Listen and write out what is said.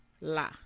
la